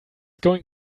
going